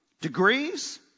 degrees